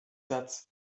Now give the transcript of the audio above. satz